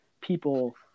people